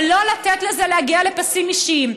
אבל לא לתת לזה להגיע לפסים אישיים.